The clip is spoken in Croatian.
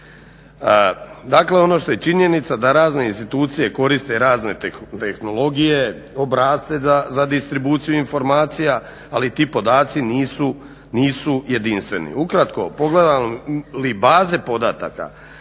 Dakle ono što je činjenica da razne institucije koriste razne tehnologije, obrasce za distribuciju informacija ali ti podaci nisu jedinstveni. Ukratko, pogledamo li baze podataka